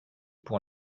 pour